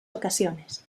ocasiones